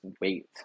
wait